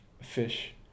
fish